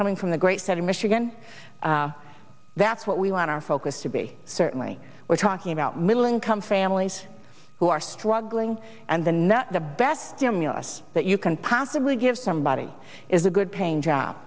coming from the great city michigan that's what we want our focus to be certainly we're talking about middle income families who are struggling and the net the best stimulus that you can possibly give somebody is a good paying job